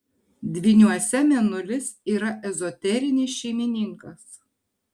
dvyniuose mėnulis yra ezoterinis šeimininkas